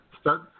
start